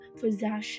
possession